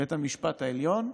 בית המשפט העליון,